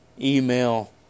email